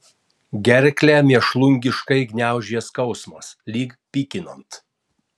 gerklę mėšlungiškai gniaužė skausmas lyg pykinant